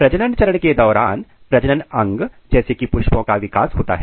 प्रजनन चरण के दौरान प्रजनन अंग जैसे कि पुष्पों का विकास होता है